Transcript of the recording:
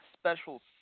special